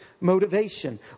motivation